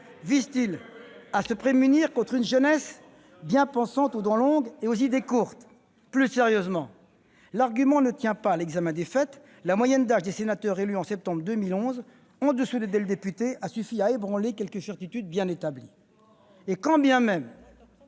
vise-t-il à se prémunir contre une jeunesse bien-pensante aux dents longues et aux idées courtes ? Plus sérieusement, l'argument ne tient pas à l'examen des faits : la moyenne d'âge des sénateurs élus en septembre 2011, inférieure à celle des députés, a suffi à ébranler quelques certitudes bien établies. Quand bien même